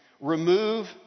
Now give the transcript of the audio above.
Remove